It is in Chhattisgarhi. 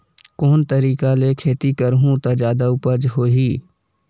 कोन तरीका ले खेती करहु त जादा उपज होही?